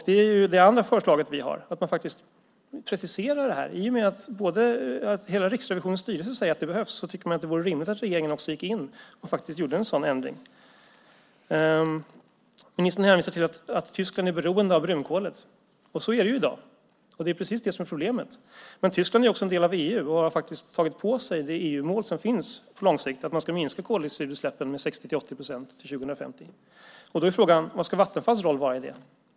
Det andra förslaget som vi har är att man faktiskt preciserar detta. I och med att hela Riksrevisionens styrelse säger att det behövs tycker man att det vore rimligt att regeringen också gick in och faktiskt gjorde en sådan ändring. Ministern hänvisar till att Tyskland är beroende av brunkolet. Så är det i dag. Det är precis det som är problemet. Men Tyskland är också en del av EU och har faktiskt tagit på sig det EU-mål som finns på lång sikt att man ska minska koldioxidutsläppen med 60-80 procent till 2050. Då är frågan: Vad ska Vattenfalls roll vara i det?